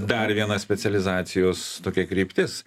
dar viena specializacijos tokia kryptis